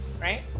right